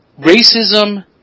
Racism